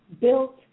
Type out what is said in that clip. built